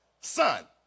son